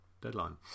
deadline